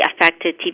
affected